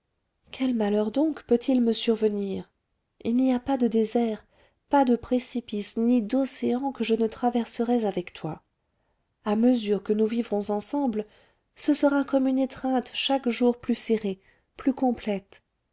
quel malheur donc peut-il me survenir il n'y a pas de désert pas de précipice ni d'océan que je ne traverserais avec toi à mesure que nous vivrons ensemble ce sera comme une étreinte chaque jour plus serrée plus complète